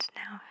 now